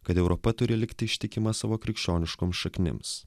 kad europa turi likti ištikima savo krikščioniškoms šaknims